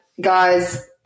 Guys